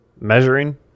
measuring